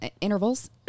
intervals